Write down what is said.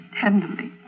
tenderly